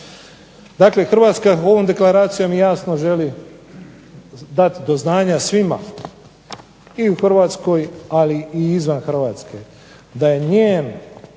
Dakle, Hrvatska ovom deklaracijom jasno želi dati do znanja svima, i u Hrvatskoj ali i izvan Hrvatske, da je njen